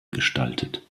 gestaltet